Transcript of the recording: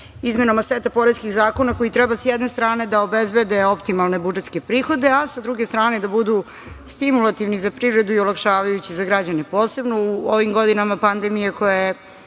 izmenama seta poreskih zakona koji treba s jedne strane da obezbede optimalne budžetske prihode, a sa druge strane, da budu stimulativni za privredu i olakšavajući za građane, posebno u ovim godinama pandemije, koja je,